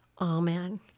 amen